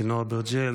לינור אברג'יל,